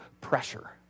pressure